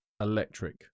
electric